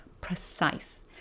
precise